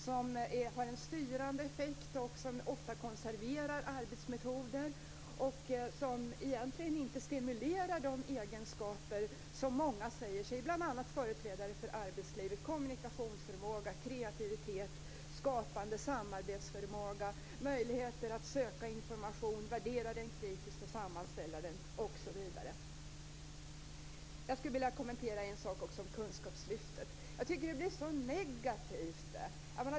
Det har en styrande effekt, konserverar ofta arbetsmetoder och stimulerar egentligen inte de egenskaper som många, bl.a. företrädare för arbetslivet, säger sig önska - kommunikationsförmåga, kreativitet, skapande samarbetsförmåga, möjlighet att söka information, värdera den kritiskt och sammanställa den osv. Jag skulle också vilja göra en kommentar om kunskapslyftet. Jag tycker att det här lät så negativt.